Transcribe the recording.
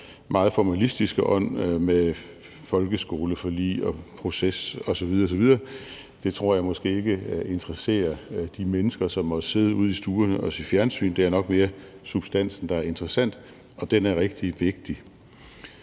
meget formalistiske ånd med folkeskoleforlig, proces osv. osv. Det tror jeg måske ikke interesserer de mennesker, som måtte sidde ude i stuerne og se fjernsyn. Det er nok mere substansen, der er interessant, og den er rigtig vigtig.